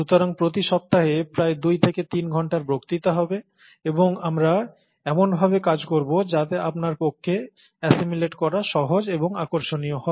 সুতরাং প্রতি সপ্তাহে প্রায় দুই থেকে তিন ঘন্টার বক্তৃতা হবে এবং আমরা এমন ভাবে কাজ করব যাতে আপনার পক্ষে অ্যাসিমিলেট করা সহজ ও আকর্ষণীয় হয়